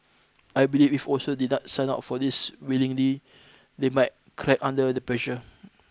I believe if also did not sign up for this willingly they might crack under the pressure